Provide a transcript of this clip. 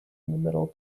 middle